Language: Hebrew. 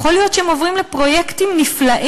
יכול להיות שהם עוברים לפרויקטים נפלאים,